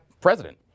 president